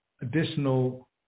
additional